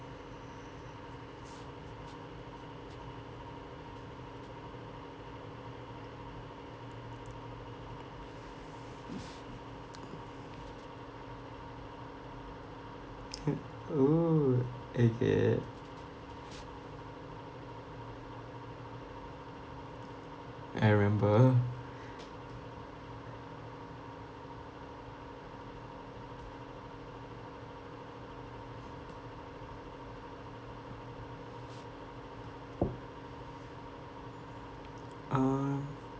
uh oo okay I remember uh